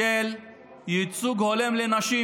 ייצוג הולם לנשים,